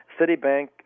Citibank